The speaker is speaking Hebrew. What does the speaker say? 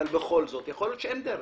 אבל בכל זאת, יכול להיות שאין דרך.